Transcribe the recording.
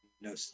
no